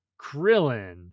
Krillin